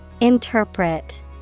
Interpret